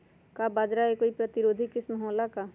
का बाजरा के कोई प्रतिरोधी किस्म हो ला का?